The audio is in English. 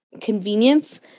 convenience